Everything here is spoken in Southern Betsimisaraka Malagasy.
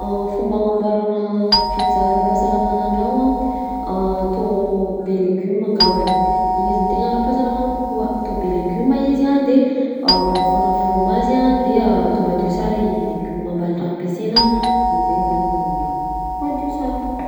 Fomba agnamboarana pizza ara-pahasalamana an-dragno a: atao be legioma angambany, igny izy no tegna ara-pahasalamana kokoa, atao be legioma izy a de rakofana frômazy a de atao madio sara i legioma mban'ny raha ampiasaina am'zaigny zany madio sara.